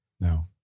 no